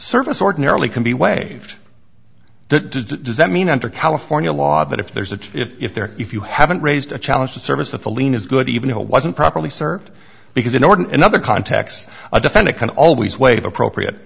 service ordinarily can be waived does that mean under california law that if there's a if there if you haven't raised to challenge the service of a lien is good even though wasn't properly served because in order another context a defendant can always waive appropriate